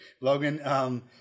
Logan